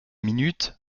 minute